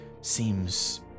seems